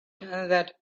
that